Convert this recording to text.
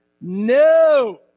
No